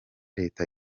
leta